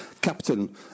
captain